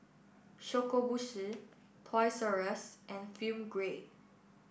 Shokubutsu Toys R Us and Film Grade